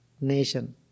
nation